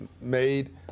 made